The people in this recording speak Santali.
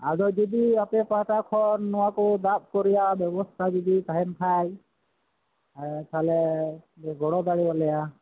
ᱟᱫᱚ ᱡᱩᱫᱤ ᱟᱯᱮ ᱯᱟᱦᱟᱴᱟ ᱠᱷᱚᱱ ᱱᱚᱣᱟ ᱠᱚ ᱫᱟᱵ ᱠᱚ ᱨᱮᱭᱟᱜ ᱵᱮᱵᱚᱥᱛᱷᱟ ᱛᱟᱸᱦᱮᱱ ᱠᱷᱟᱡ ᱛᱟᱦᱚᱞᱮ ᱜᱚᱲᱚ ᱫᱟᱲᱮᱭᱟᱞᱮᱭᱟ